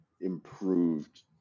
improved